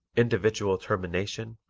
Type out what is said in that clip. individual termination,